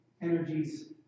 energies